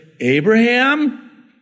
Abraham